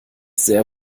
sehr